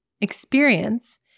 experience